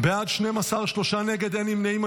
בעד, 12, שלושה נגד, אין נמנעים.